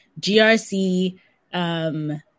GRC